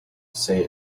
say